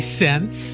cents